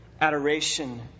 adoration